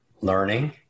learning